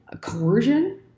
coercion